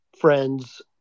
friends